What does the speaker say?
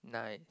nice